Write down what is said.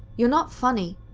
you're not funny.